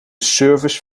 service